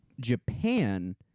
Japan